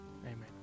Amen